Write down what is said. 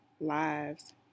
lives